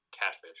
catfish